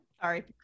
sorry